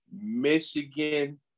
Michigan